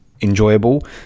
enjoyable